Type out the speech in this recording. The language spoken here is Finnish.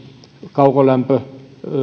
kaukolämpö